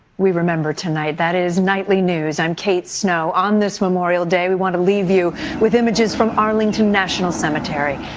we remember tonight. that is nightly news. i'm kate snow on this memorial day we want to leave you with images from arlington national cemetery.